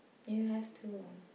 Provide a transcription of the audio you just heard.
you have to